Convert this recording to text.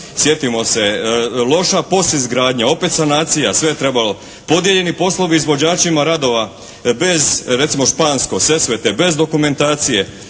sjetimo se loša POS izgradnja, opet sanacija, sve je trebalo. Podijeljeni poslovi izvođačima radova bez recimo Špansko, Sesvete, bez dokumentacije